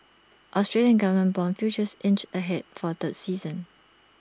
Australian government Bond futures inched ahead for A third session